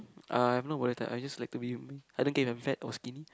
uh I have no body type I just like to be lea I don't care if I'm fat or skinny